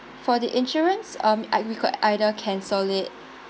for the insurance um uh we could either cancel it